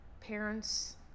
parents